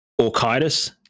Orchitis